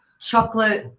chocolate